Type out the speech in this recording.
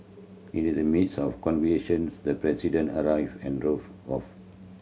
in the midst of the President arrived and drove off